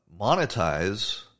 monetize